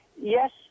yes